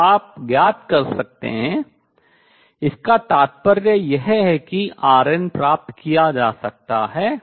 तो आप ज्ञात कर सकतें है इसका तात्पर्य यह है कि rn प्राप्त किया जा सकता है